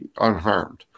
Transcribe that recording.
unharmed